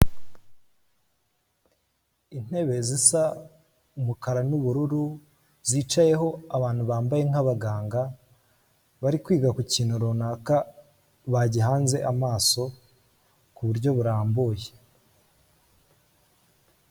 Intebe zisa umukara n'ubururu, zicayeho abantu bambaye nk'abaganga, bari kwiga ku kintu runaka bagihanze amaso ku buryo burambuye.